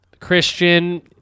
Christian